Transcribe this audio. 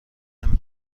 نمی